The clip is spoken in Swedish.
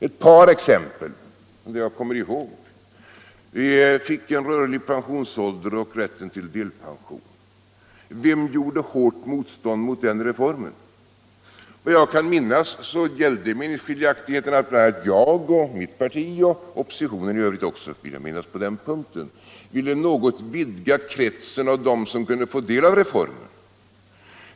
Ett par exempel som jag kommer ihåg. Vi fick en rörlig pensionsålder och rätten till delpension. Vem gjorde hårt motstånd mot den reformen? Vad jag kan erinra mig gällde meningsskiljaktigheterna att jag och mitt parti och om jag minns rätt oppositionen i övrigt också ville något vidga kretsen av dem som kunde få del av reformen.